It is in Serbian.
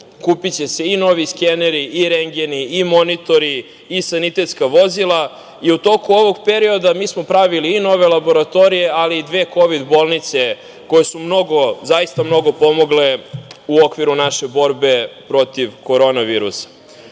Kupiće se i novi skeneri i rendgeni i monitori i sanitetska vozila i u toku ovog perioda mi smo pravili i nove laboratorije, ali i dve kovid bolnice koje su zaista mnogo pomogle u okviru naše borbe protiv korona virusa. Ali,